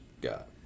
got